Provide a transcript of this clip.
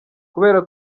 kubera